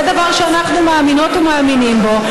זה דבר שאנחנו מאמינות ומאמינים בו,